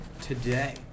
today